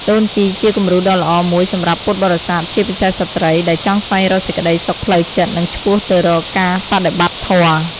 ដូនជីជាគំរូដ៏ល្អមួយសម្រាប់ពុទ្ធបរិស័ទ ជាពិសេសស្ត្រី ដែលចង់ស្វែងរកសេចក្តីសុខផ្លូវចិត្ត និងឆ្ពោះទៅរកការបដិបត្តិធម៌។